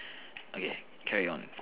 okay carry on